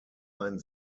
ein